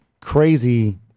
crazy